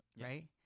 right